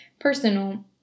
personal